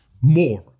More